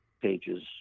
pages